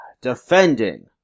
defending